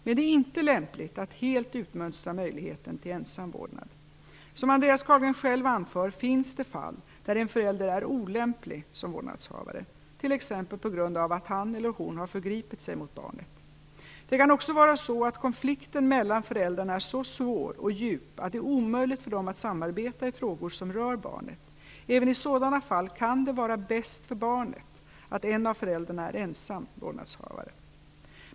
Men det är inte lämpligt att helt utmönstra möjligheten till ensam vårdnad. Som Andreas Carlgren själv anför finns det fall där en förälder är olämplig som vårdnadshavare, t.ex. på grund av att han eller hon har förgripit sig mot barnet. Det kan också vara så att konflikten mellan föräldrarna är så svår och djup att det är omöjligt för dem att samarbeta i frågor som rör barnet. Även i sådana fall kan det vara bäst för barnet att en av föräldrarna är ensam vårdnadshavare.